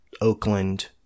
Oakland